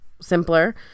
simpler